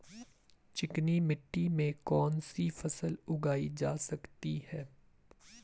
चिकनी मिट्टी में कौन सी फसल उगाई जा सकती है?